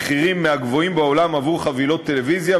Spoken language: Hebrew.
מחירים מהגבוהים בעולם עבור חבילות טלוויזיה,